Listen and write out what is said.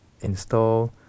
install